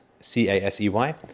C-A-S-E-Y